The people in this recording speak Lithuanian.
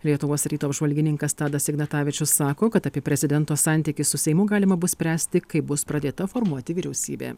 lietuvos ryto apžvalgininkas tadas ignatavičius sako kad apie prezidento santykį su seimu galima bus spręsti kai bus pradėta formuoti vyriausybė